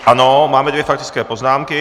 Ano, máme dvě faktické poznámky.